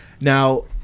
Now